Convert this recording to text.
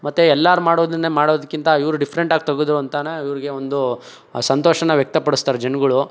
ಮತ್ತು ಎಲ್ಲರು ಮಾಡೋದನ್ನೇ ಮಾಡೋದ್ಕಿಂತ ಇವರು ಡಿಫ್ರೆಂಟಾಗಿ ತೆಗದ್ರು ಅಂತ ಇವ್ರಿಗೆ ಒಂದು ಸಂತೋಷನ ವ್ಯಕ್ತಪಡಿಸ್ತಾರೆ ಜನ್ಗಳು